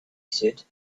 said